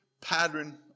pattern